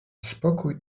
spokój